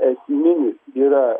esminis yra